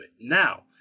Now